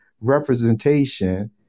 representation